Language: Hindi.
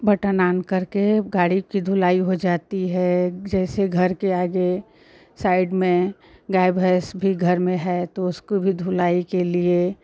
बटन आन करके गाड़ी कि ढुलाई हो जाती है जैसे घर के आगे साइड में गाय भैंस भी घर में है तो उसको भी ढुलाई के लिए